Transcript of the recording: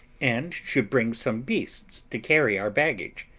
and should bring some beasts to carry our baggage.